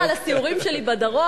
לספר לך על הסיורים שלי בדרום,